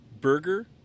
burger